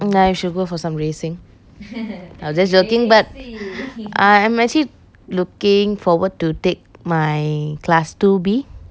ya you should go for some racing I was just joking but I'm actually looking forward to take my class two B